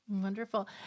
Wonderful